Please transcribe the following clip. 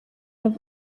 have